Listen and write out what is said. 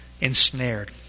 ensnared